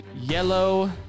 Yellow